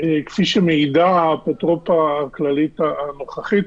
כפי שמעידה האפוטרופא הכללית הנוכחית